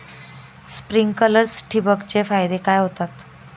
Sprinklers ठिबक चे फायदे काय होतात?